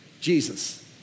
Jesus